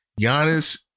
Giannis